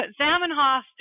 Zamenhof